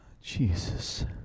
Jesus